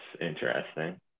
interesting